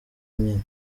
nyine